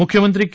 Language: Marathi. मुख्यमंत्री के